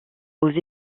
aux